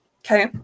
okay